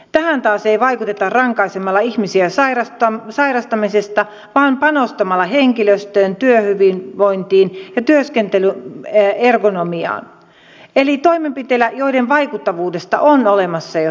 tähän taas ei vaikuteta rankaisemalla ihmisiä sairastamisesta vaan panostamalla henkilöstöön työhyvinvointiin ja työskentelyergonomiaan eli toimenpiteillä joiden vaikuttavuudesta on olemassa jo tietoa